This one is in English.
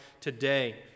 today